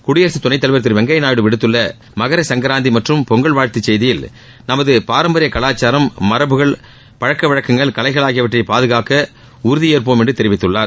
குடியரசுத் துணைத் தலைவர் திரு வெங்கய்யா நாயுடு விடுத்துள்ள மகரசங்கராந்தி மற்றும் பொங்கல் வாழ்த்து செய்தியில் நமது பாரம்பரிய கலாச்சாரம் மரபுகள் பழக்கவழக்கங்கள் கலைகள் ஆகியவற்றை பாதுகாக்க உறுதியேற்போம் என்று தெரிவித்துள்ளார்